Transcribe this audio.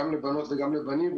גם לבנות וגם לבנים.